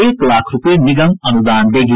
एक लाख रूपये निगम अनुदान देगी